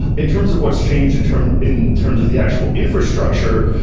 in terms of what's changed in terms in terms of the actual infrastructure,